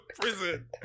prison